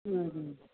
ए हजुर